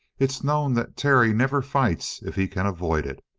it's known that terry never fights if he can avoid it.